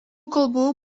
kalbų